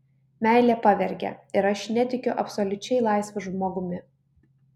meilė pavergia ir aš netikiu absoliučiai laisvu žmogumi